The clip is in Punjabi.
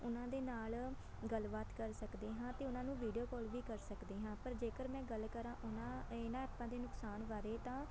ਉਹਨਾਂ ਦੇ ਨਾਲ ਗੱਲਬਾਤ ਕਰ ਸਕਦੇ ਹਾਂ ਅਤੇ ਉਹਨਾਂ ਨੂੰ ਵੀਡੀਓ ਕੋਲ ਵੀ ਕਰ ਸਕਦੇ ਹਾਂ ਪਰ ਜੇਕਰ ਮੈਂ ਗੱਲ ਕਰਾਂ ਉਹਨਾਂ ਇਹਨਾਂ ਐਪਾਂ ਦੇ ਨੁਕਸਾਨ ਬਾਰੇ ਤਾਂ